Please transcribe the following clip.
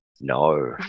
No